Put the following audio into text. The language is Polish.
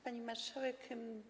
Pani Marszałek!